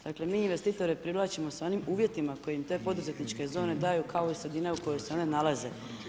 Dakle mi investitore privlačimo sa onim uvjetima koje im te poduzetničke zone daju kao i sredina u kojoj se one nalaze.